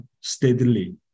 steadily